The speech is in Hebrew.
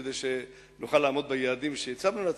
כדי שנוכל לעמוד ביעדים שהצבנו לעצמנו,